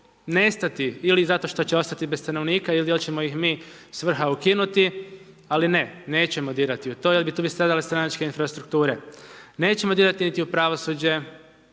nestati ili zato što će ostati bez stanovnika ili hoćemo ih mi sa vrha ukinuti, ali ne, nećemo dirati u to jer tu bi stradale stranačke infrastrukture. Nećemo dirati niti u pravosuđe